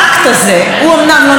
הוא אומנם לא נמצא כאן,